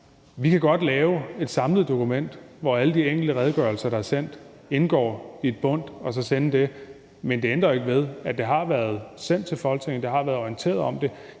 Vi kan godt lave et samlet dokument, hvor alle de enkelte redegørelser, der er sendt, indgår i et bundt, og så sende det, men det ændrer ikke ved, at det har været sendt over til Folketinget, og at der har været orienteret om det.